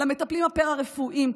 למטפלים הפארה-רפואיים,